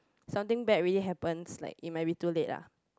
something bad really happens like it might be too late ah